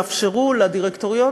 דחופות,